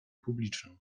publiczną